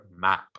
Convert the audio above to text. map